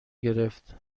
گرفت